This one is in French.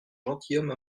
gentilhomme